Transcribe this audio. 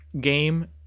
game